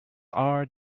are